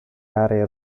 aree